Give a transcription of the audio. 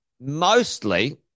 mostly